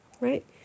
right